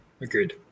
Agreed